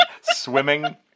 swimming